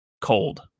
cold